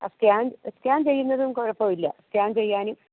ആ scan scan ചെയ്യുന്നതും കുഴപ്പമില്ല സ്കാൻ ചെയ്യാൻ